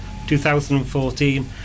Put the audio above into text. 2014